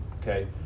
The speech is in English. okay